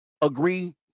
agree